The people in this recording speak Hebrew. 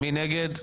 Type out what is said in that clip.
מי נגד?